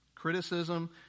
Criticism